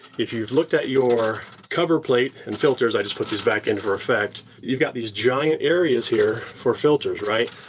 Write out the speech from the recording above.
if you've looked at your cover plate and filters, i just put these back in for effect. you've got these giant areas here for filters, right?